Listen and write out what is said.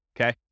Okay